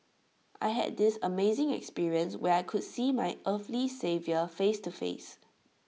I had this amazing experience where I could see my earthly saviour face to face